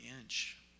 inch